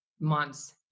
months